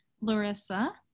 Larissa